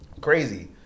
crazy